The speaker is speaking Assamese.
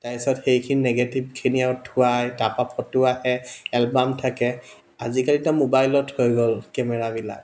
তাৰপিছত সেইখিনি নিগেটিভখিনি আৰু ধোৱায় তাৰপৰা ফটো আহে এলবাম থাকে আজিকালিটো মোবাইলত হৈ গ'ল কেমেৰাবিলাক